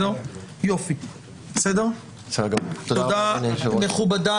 תודה רבה, הישיבה נעולה.